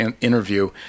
interview